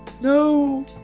no